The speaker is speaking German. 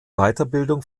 weiterbildung